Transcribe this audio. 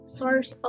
source